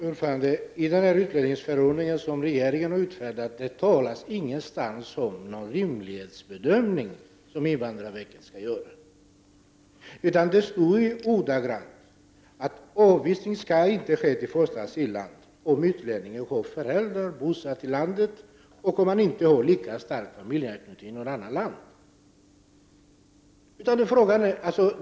Herr talman! I den utlänningsförordning som regeringen har utfärdat talas det ingenstans om att invandrarverket skall göra någon rimlighetsbedömning, utan det står att avvisning inte skall ske till första asylland om utlänningen har förälder bosatt i landet och han inte har lika stark familjeanknytning till något annat land.